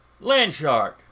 Landshark